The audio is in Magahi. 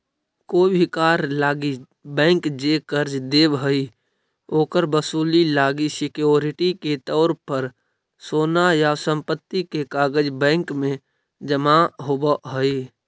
कोई भी कार्य लागी बैंक जे कर्ज देव हइ, ओकर वसूली लागी सिक्योरिटी के तौर पर सोना या संपत्ति के कागज़ बैंक में जमा होव हइ